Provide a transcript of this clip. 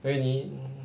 eh 你